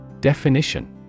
Definition